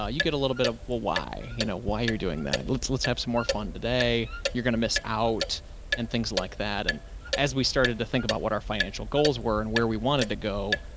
ah you get a little bit of why, you know, why you're doing that. let's, let's have some more fun today. you're going to miss out and things like that. and as we started to think about what our financial goals were and where we wanted to go,